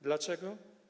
Dlaczego?